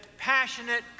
passionate